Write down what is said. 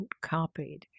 copied